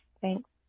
Thanks